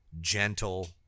gentle